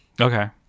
Okay